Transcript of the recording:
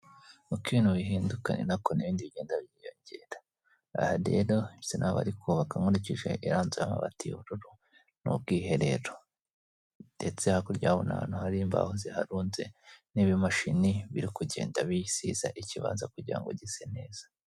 Uko ibintu bihinduka ni nako n'ibindi bigenda byiyongera. Aha rero bisa naho bari kubaka nkurikije iriya nzu y'amabati y'ubururu n'ubwiherero ndetse hakurya urahabona ahantu hari imbaho ziharunze n'ibimashini biri kugenda bisiza ikibanza kugira ngo gise neza.